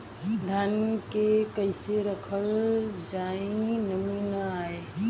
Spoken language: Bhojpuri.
धान के कइसे रखल जाकि नमी न आए?